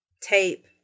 tape